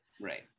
Right